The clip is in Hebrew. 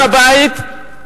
הר-הבית,